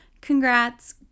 Congrats